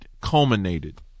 culminated